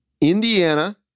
Indiana